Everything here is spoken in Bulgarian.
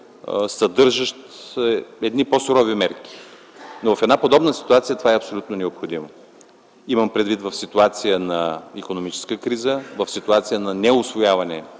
съдържащ по-сурови мерки. Но в подобна ситуация това е абсолютно необходимо – имам предвид ситуация на икономическа криза, неусвояване